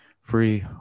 free